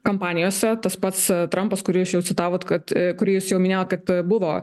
kampanijose tas pats trampas kurį jūs jau citavot kad kurį jūs jau minėjot kad buvo